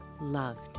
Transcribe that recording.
loved